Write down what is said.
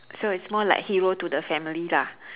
so it's more like hero to the family lah